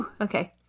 okay